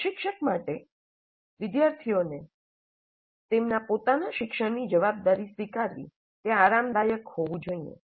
પ્રશિક્ષક માટે વિદ્યાર્થીઓને તેમના પોતાના શિક્ષણની જવાબદારી સ્વીકારવી તે આરામદાયક હોવું જોઈએ